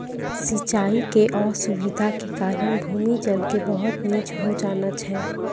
सिचाई के असुविधा के कारण भूमि जल के बहुत नीचॅ होय जाना छै